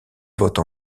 vote